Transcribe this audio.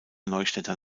neustädter